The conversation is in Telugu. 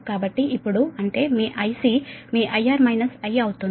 కాబట్టి ఇప్పుడు అంటే మీ IC మీ IR I అవుతుంది